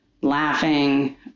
laughing